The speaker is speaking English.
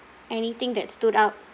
anything that stood out